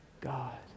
God